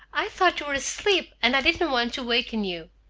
i thought you were asleep, and i didn't want to waken you,